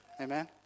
amen